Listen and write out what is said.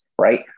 right